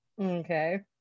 Okay